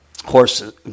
Horses